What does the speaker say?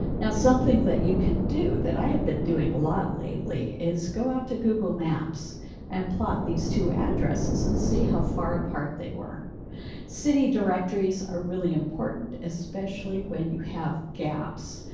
now, something that you can do that. i have been doing a lot lately is go out to google maps and plot these two addresses and see how far apart they were city directories are really important, especially when you have gaps,